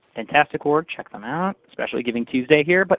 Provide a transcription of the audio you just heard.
fantastic work. check them out, especially giving tuesday here. but